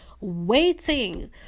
Waiting